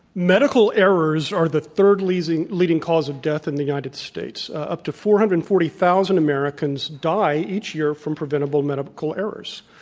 medical errors are the third leading leading cause of death in the united states. up to four hundred and forty thousand americans die each year from preventable medical errors.